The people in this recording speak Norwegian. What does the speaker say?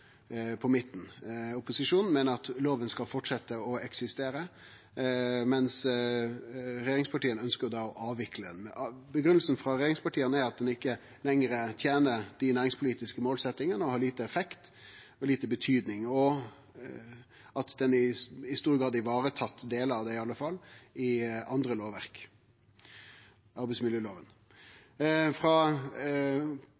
på midten. Opposisjonen meiner at lova skal fortsetje å eksistere, mens regjeringspartia ønskjer å avvikle ho. Grunngivinga frå regjeringspartia er at ho ikkje lenger tener dei næringspolitiske målsettingane og har liten effekt og lita betydning, og at ho i stor grad er vareteken – delar av ho, i alle fall – i andre lovverk,